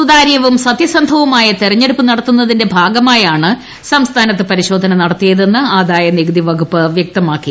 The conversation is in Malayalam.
സുതാര്യവും സത്യസന്ധവുമായ തെരഞ്ഞെടുപ്പ് നടത്തുന്നതിന്റെ ഭാഗമായാണ് സംസ്ഥാനത്ത് പരിശോധന നടത്തിയതെന്ന് ആദായ നികുതി വകുപ്പ് വൃക്തമാക്കി